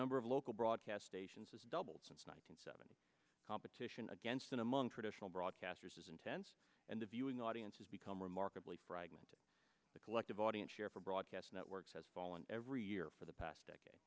number of local broadcast stations has doubled since one thousand seven competition against in among traditional broadcasters as intense and the viewing audience has become remarkably fragmented the collective audience share for broadcast networks has fallen every year for the past decade